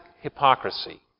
hypocrisy